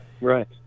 Right